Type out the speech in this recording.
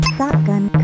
Shotgun